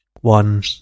one